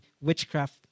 witchcraft